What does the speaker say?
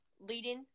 leading